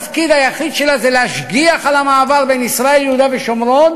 התפקיד היחיד שלה זה להשגיח על המעבר בין ישראל ליהודה ושומרון